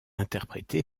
interprété